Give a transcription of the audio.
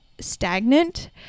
stagnant